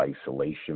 isolation